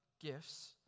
gifts